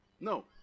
no